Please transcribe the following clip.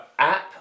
app